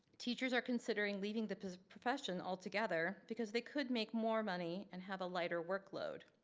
teachers are considering leaving the profession altogether because they could make more money and have a lighter workload.